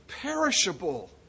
perishable